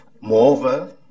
Moreover